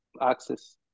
access